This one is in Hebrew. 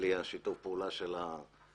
בלי שיתוף הפעולה של המובילים